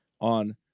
on